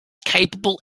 capable